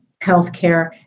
healthcare